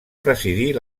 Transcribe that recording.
presidir